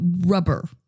rubber